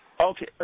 Okay